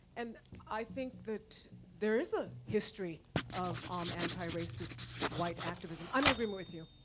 and i think that there is a history of um anti-racist white activism. i'm in agreement with you,